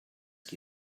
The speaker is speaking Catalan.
qui